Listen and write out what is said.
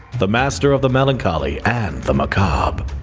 the master of the melancholy and the macabre.